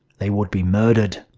they would be murdered.